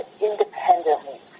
independently